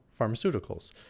pharmaceuticals